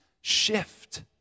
shift